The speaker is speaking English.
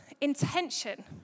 intention